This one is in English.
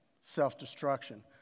Self-destruction